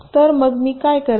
तर मग मी काय करावे